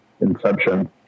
inception